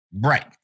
Right